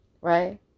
right